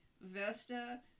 Vesta